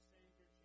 Savior